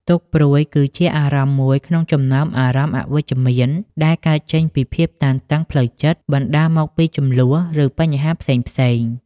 ទុក្ខព្រួយ គឺជាអារម្មណ៍មួយក្នុងចំណោមអារម្មណ៍អវិជ្ជមានដែលកើតចេញពីភាពតានតឹងផ្លូវចិត្ត បណ្ដាលមកពីជម្លោះ ឬបញ្ហាផ្សេងៗ។